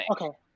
Okay